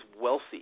wealthy